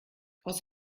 aus